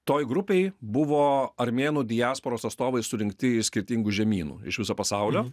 toj grupėj buvo armėnų diasporos atstovai surinkti skirtingų žemynų iš viso pasaulio